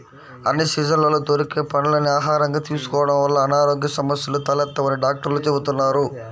అన్ని సీజన్లలో దొరికే పండ్లని ఆహారంగా తీసుకోడం వల్ల అనారోగ్య సమస్యలు తలెత్తవని డాక్టర్లు చెబుతున్నారు